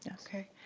ah okay,